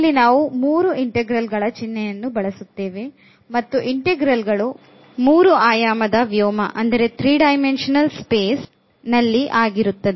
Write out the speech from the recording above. ಇಲ್ಲಿ ನಾವು ಮೂರು ಇಂಟೆಗ್ರಲ್ ಚಿಹ್ನೆಗಳನ್ನು ಬಳಸುತ್ತೇವೆ ಮತ್ತು ಇಂಟೆಗ್ರಲ್ ಗಳು ಮೂರು ಆಯಾಮದ ವ್ಯೋಮದಲ್ಲಿ ಆಗಿರುತ್ತದೆ